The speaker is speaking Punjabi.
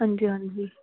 ਹਾਂਜੀ ਹਾਂਜੀ